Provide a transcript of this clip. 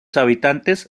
habitantes